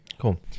Cool